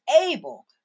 able